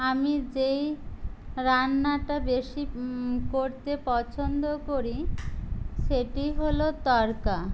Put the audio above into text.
আমি যেই রান্নাটা বেশি করতে পছন্দ করি সেটি হল তড়কা